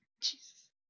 Jesus